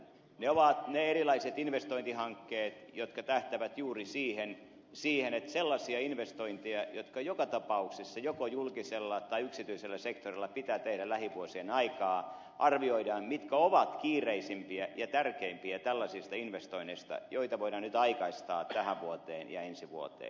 ne ovat ne erilaiset investointihankkeet jotka tähtäävät juuri siihen että sellaisista investoinneista jotka joka tapauksessa joko julkisella tai yksityisellä sektorilla pitää tehdä lähivuosien aikaan arvioidaan mitkä ovat niitä kiireisimpiä ja tärkeimpiä joita voidaan nyt aikaistaa tähän vuoteen ja ensi vuoteen